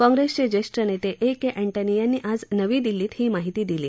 काँग्रेसचे ज्येष्ठ नेते ए के एन्टनी यांनी आज नवी दिल्लीत ही माहिती दिली